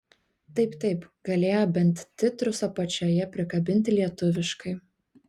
taip taip galėjo bent titrus apačioje prikabinti lietuviškai